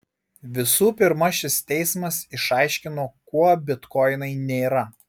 visų pirma šis teismas išaiškino kuo bitkoinai nėra